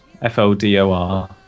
F-O-D-O-R